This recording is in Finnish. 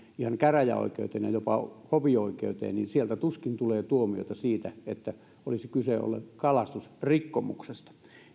ihan käräjäoikeuteen ja jopa hovioikeuteen niin sieltä tuskin tulee tuomiota siitä että olisi kyse ollut kalastusrikkomuksesta